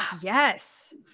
yes